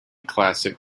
classic